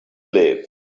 live